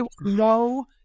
no